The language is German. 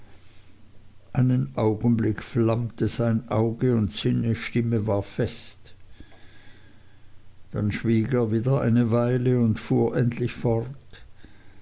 einen augenblick flammte sein auge und seine stimme war fest dann schwieg er wieder eine weile und fuhr endlich fort